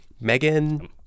Megan